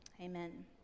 amen